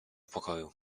pokoju